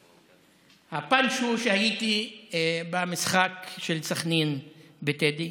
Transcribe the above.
הפאנץ' הוא שהייתי במשחק של סח'נין בטדי.